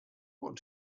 what